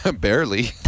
Barely